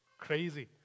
crazy